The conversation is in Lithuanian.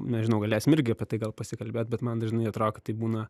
nežinau galėsim irgi apie tai gal pasikalbėt bet man dažnai atro kad tai būna